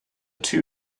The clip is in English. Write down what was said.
two